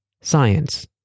Science